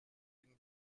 une